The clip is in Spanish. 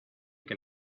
que